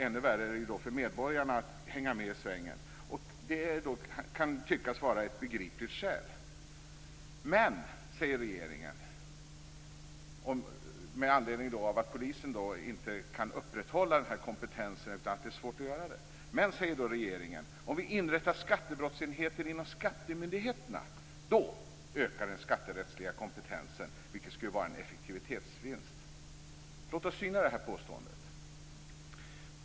Ännu svårare är det då för medborgarna att hänga med i svängen. Det kan då tyckas vara ett begripligt skäl. Men, säger regeringen med anledning av att polisen får svårt att upprätthålla den här kompetensen, om vi inrättar skattebrottsenheter inom skattemyndigheterna ökar den skatterättsliga kompetensen, vilket skulle vara en effektivitetsvinst. Låt oss syna det påståendet.